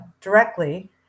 directly